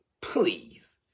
Please